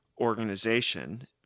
organization